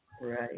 Right